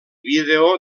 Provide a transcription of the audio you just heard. vídeo